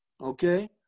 Okay